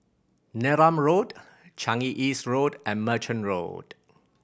Neram Road Changi East Road and Merchant Road